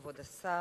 כבוד השר,